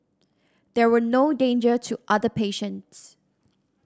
there were no danger to other patients